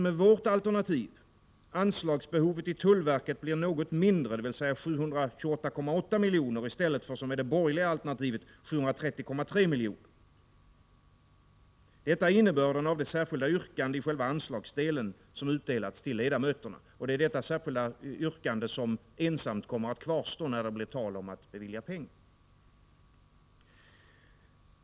Med vårt alternativ blir anslagsbehovet till tullverket något mindre, dvs. 728,8 miljoner i stället för som med det borgerliga alternativet 730,3 miljoner. Detta är innebörden i själva anslagsdelen av mitt särskilda yrkande som utdelats till ledamöterna och som lyder: Detta särskilda yrkande kommer ensamt att kvarstå när det blir tal om att bevilja pengar.